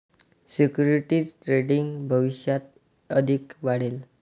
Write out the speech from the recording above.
securities trading भविष्यात अधिक वाढेल